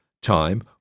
time